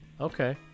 Okay